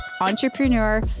entrepreneur